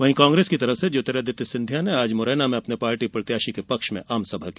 वहीं कांग्रेस की ओर से ज्योतिरादित्य सिंधिया ने आज मुरैना में अपने पार्टी प्रत्याशी के पक्ष में आमसभा की